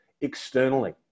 externally